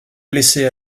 blessé